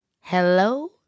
Hello